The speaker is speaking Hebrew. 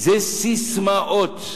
זה ססמאות.